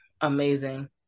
amazing